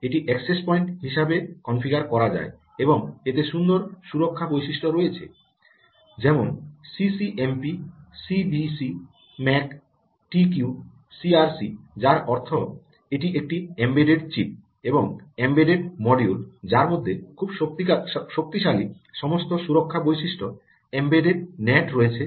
এটি access point হিসাবে configure করা যায় এবং এতে সুন্দর সুরক্ষা বৈশিষ্ট্য রয়েছে যেমন CCMP CBC MAC TQ CRC যার অর্থ এটি একটি এম্বেডড চিপ এবং এম্বেড মডিউল যার মধ্যে খুব শক্তিশালী সমস্ত সুরক্ষা বৈশিষ্ট্য এম্বেডেড নেট রয়েছে